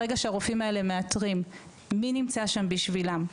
ברגע שהרופאים האלה מאתרים מי נמצא שם בשבילם,